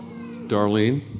Darlene